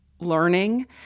learning